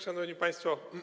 Szanowni Państwo!